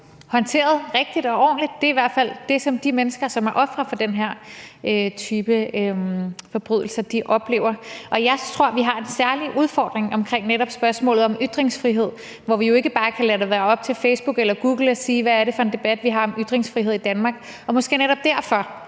håndteret rigtigt og ordentligt. Det er i hvert fald det, som de mennesker, som er ofre for den her type forbrydelser, oplever. Jeg tror, vi har en særlig udfordring omkring netop spørgsmålet om ytringsfrihed, hvor vi jo ikke bare kan lade det være op til Facebook eller Google at sige, hvad det er for en debat, vi har om ytringsfrihed i Danmark, og måske netop derfor